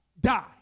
die